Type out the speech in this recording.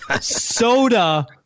Soda